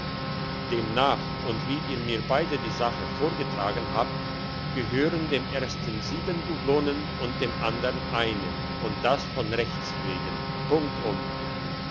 demnach und wie ihr mir beide die sache vorgetragen habt gehören dem ersten sieben dublonen und dem andern eine und das von rechts wegen punktum